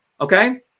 okay